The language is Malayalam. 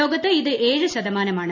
ലോകത്ത് ഇത് ഏഴ് ശതമാനമാണ്